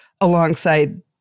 alongside